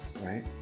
Right